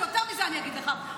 ויותר מזה אני אגיד לך,